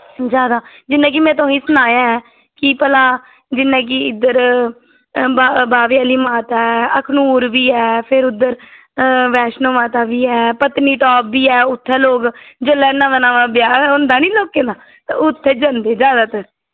जैदा जि'यां कि में तुसेंगी सुनाया ऐ कीऽ भला जि'यां की इद्धर बाह्वे आह्ली माता ऐ अखनूर बी ऐ फिर उद्धर वैश्नो माता बी ऐ पत्नीटॉप बी ऐ उत्थै लोक जेल्लै नमां नमां ब्याह् होंदा निं लोकें दा ते उत्थै जंदे जैदातर